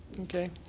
Okay